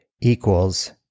equals